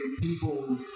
people